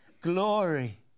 glory